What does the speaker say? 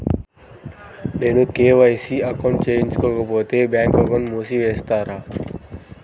నేను కే.వై.సి చేయించుకోకపోతే బ్యాంక్ అకౌంట్ను మూసివేస్తారా?